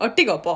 off it